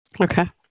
Okay